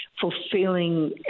fulfilling